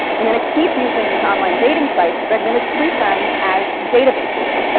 i'm going to keep using these online dating sites, but i'm going to treat them as databases,